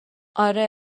آره